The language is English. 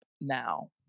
now